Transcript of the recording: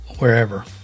wherever